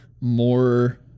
more